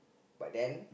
but then